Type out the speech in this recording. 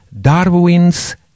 Darwin's